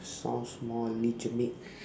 sounds more legitimate